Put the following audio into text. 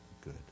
good